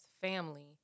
family